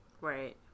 Right